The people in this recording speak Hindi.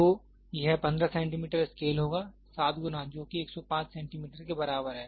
तो यह 15 सेंटीमीटर स्केल होगा 7 गुना जो कि 105 सेंटीमीटर के बराबर है